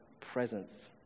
presence